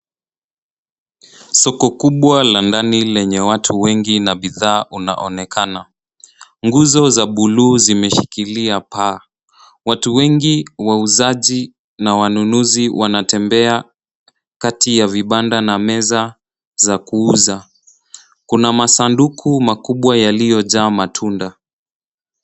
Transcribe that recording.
Soko kubwa la ndani lenye watu wengi na bidhaa unaonekana. Nguzo za buluu zimeshikilia paa. Watu wengi, wauzaji na wanunuzi wanatembea kati ya vibanda na meza za kuuza. Kuna masanduku makubwa yaliyojaa matunda.